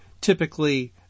typically